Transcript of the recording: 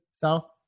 south